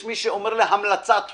יש מי שאומר: המלצת חוק.